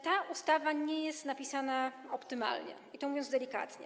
Ta ustawa nie jest napisana optymalnie, mówiąc delikatnie.